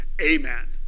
amen